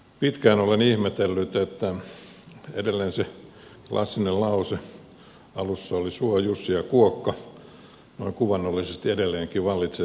pitkään olen ihmetellyt että edelleen se klassinen lause alussa oli suo jussi ja kuokka noin kuvaannollisesti vallitsee tässä tuotantoprosessissa